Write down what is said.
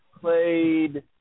played